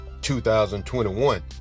2021